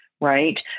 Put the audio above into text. right